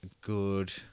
good